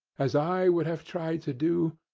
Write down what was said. as i would have tried to do,